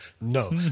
No